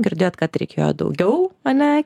girdėjot kad reikėjo daugiau ane